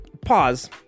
Pause